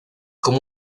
como